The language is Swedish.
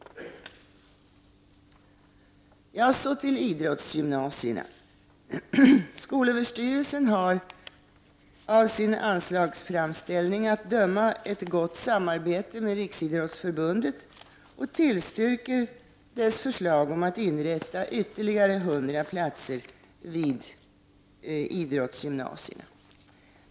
Så till idrottsgymnasierna. Skolöverstyrelsen har, av sin anslagsframställning att döma, ett gott samarbete med Riksidrottsförbundet och tillstyrker dess förslag om att inrätta ytterligare 100 platser vid idrottsgymnasierna.